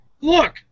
Look